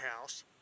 house